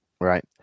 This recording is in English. Right